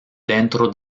dentro